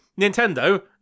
nintendo